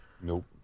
Nope